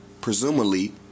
presumably